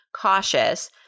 cautious